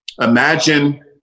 imagine